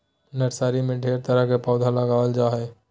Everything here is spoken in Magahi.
नर्सरी में ढेर तरह के पौधा लगाबल जा हइ